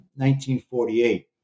1948